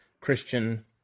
Christian